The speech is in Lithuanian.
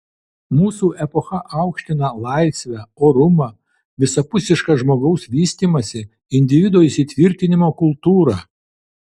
mūsų epocha aukština laisvę orumą visapusišką žmogaus vystymąsi individo įsitvirtinimo kultūrą